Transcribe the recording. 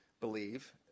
believe